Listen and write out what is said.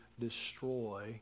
destroy